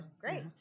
Great